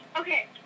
Okay